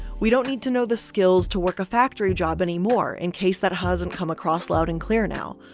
we don't need to know the skills to work a factory job anymore, in case that hasn't come across loud and clear now.